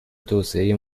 توسعه